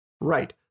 Right